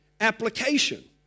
application